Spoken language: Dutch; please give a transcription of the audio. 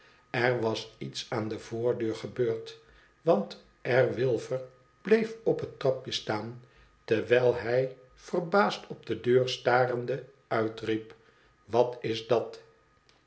er was iets aan de voordeur gebeurd wantr wilfer bleef op het trapje staan terwijl hij verbaasd op de deur starende uitriep twatisdat ja